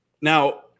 Now